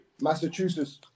Massachusetts